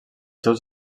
seus